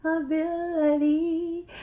Ability